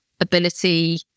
ability